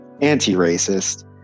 anti-racist